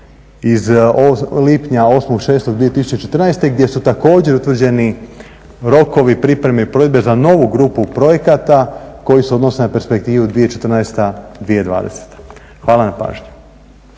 iz lipnja, 8.6.2014. gdje su također utvrđeni rokovi pripreme i provedbe za novu grupu projekata koji se odnose na perspektivu 2014.-2020. Hvala na pažnji.